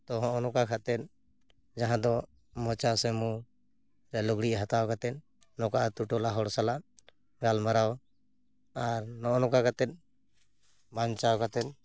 ᱛᱚ ᱦᱚᱸᱜᱼᱚ ᱱᱚᱝᱠᱟ ᱠᱟᱛᱮᱫ ᱡᱟᱦᱟᱸ ᱫᱚ ᱢᱚᱪᱟ ᱥᱮ ᱢᱩ ᱞᱩᱜᱽᱲᱤᱡ ᱦᱟᱛᱟᱣ ᱠᱟᱛᱮᱫ ᱱᱚᱝᱠᱟ ᱟᱹᱛᱩ ᱴᱚᱞᱟ ᱦᱚᱲ ᱥᱟᱞᱟᱜ ᱜᱟᱞᱢᱟᱨᱟᱣ ᱟᱨ ᱱᱚᱜᱼᱚ ᱱᱚᱝᱠᱟ ᱠᱟᱛᱮᱫ ᱵᱟᱧᱪᱟᱣ ᱠᱟᱛᱮᱫ